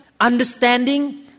understanding